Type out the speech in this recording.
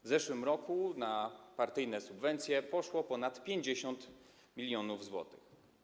W zeszłym roku na partyjne subwencje poszło ponad 50 mln zł.